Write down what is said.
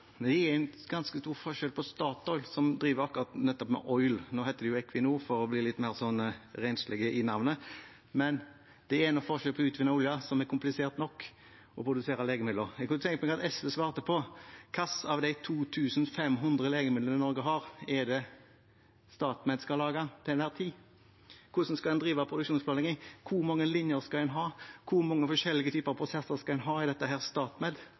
Det er en ganske stor forskjell på Statoil, som driver nettopp med «oil» – nå heter det Equinor, for å bli litt mer renslig i navnet. Men det er nå forskjell på å utvinne olje, som er komplisert nok, og å produsere legemidler. Jeg kunne tenke meg at SV svarte på: Hvilke av de 2 500 legemidlene Norge har, er det StatMed skal lage til enhver tid? Hvordan skal en drive produksjonsplanlegging? Hvor mange linjer skal en ha? Hvor mange forskjellige prosesser skal en ha i